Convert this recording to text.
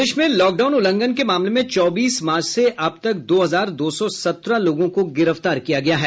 प्रदेश में लॉकडाउन उल्लंघन के मामले में चौबीस मार्च से अब तक दो हजार दो सौ सत्रह लोगों को गिरफ्तार किया गया है